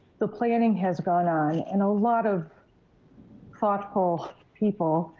the planning has gone on and a lot of thoughtful people,